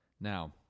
Now